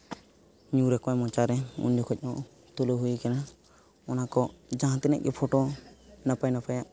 ᱧᱩᱨ ᱟᱠᱚᱣᱟᱭ ᱢᱚᱪᱟ ᱨᱮ ᱩᱱ ᱡᱚᱠᱷᱚᱡ ᱦᱚᱸ ᱛᱩᱞᱟᱹᱣ ᱦᱩᱭ ᱠᱟᱱᱟ ᱚᱱᱟ ᱠᱚ ᱡᱟᱦᱟᱸ ᱛᱤᱱᱟᱹᱜ ᱜᱮ ᱯᱷᱳᱴᱳ ᱱᱟᱯᱟᱭ ᱱᱟᱯᱟᱭᱟᱜ